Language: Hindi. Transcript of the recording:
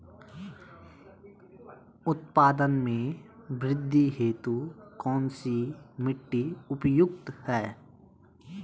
उत्पादन में वृद्धि हेतु कौन सी मिट्टी उपयुक्त है?